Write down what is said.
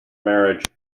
marriage